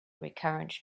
recurrent